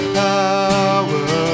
power